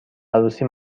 عروسی